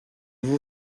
vous